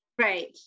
Right